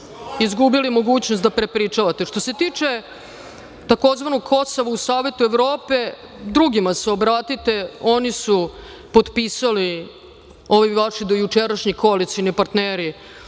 izgubili mogućnost da prepričavate. Što se tiče tzv. „Kosova“ u Savetu Evrope, drugima se obratite. Oni su potpisali, ovi vaši dojučerašnji koalicioni partneri,